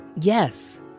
Yes